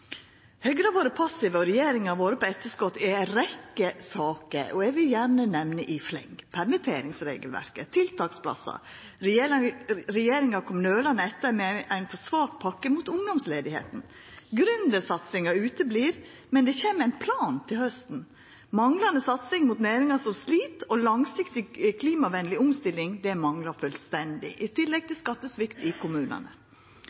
Høgre har vore passivt, og regjeringa har vore på etterskot i ei rekkje saker. Eg vil gjerne nemna i fleng: permitteringsregelverket, tiltaksplassar. Regjeringa kom nølande etter med ein for svak pakke mot ungdomsløysa. Gründersatsinga kjem ikkje, men det kjem ein plan til hausten. Manglande satsing inn mot næringar som slit, og ei langsiktig klimavenleg omstilling manglar fullstendig, i tillegg